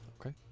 Okay